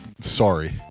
sorry